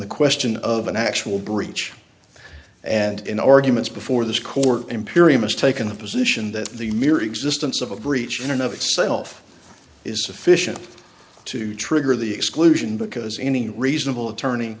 the question of an actual breach and in arguments before this court imperium has taken the position that the mere existence of a breach in and of itself is sufficient to trigger the exclusion because any reasonable attorney